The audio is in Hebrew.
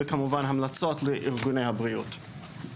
וכמובן המלצות לארגוני הבריאות.